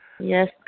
Yes